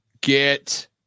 get